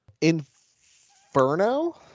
Inferno